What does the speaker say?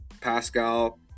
Pascal